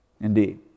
Indeed